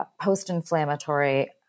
post-inflammatory